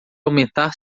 aumentar